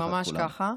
כן, ממש ככה.